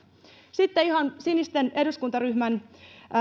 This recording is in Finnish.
sitten ihan sinisten eduskuntaryhmän